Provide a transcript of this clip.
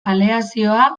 aleazioa